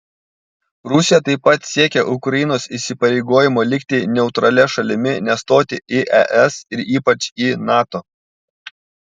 rusija taip pat siekia ukrainos įsipareigojimo likti neutralia šalimi nestoti į es ir ypač į nato